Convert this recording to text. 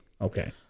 okay